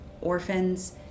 orphans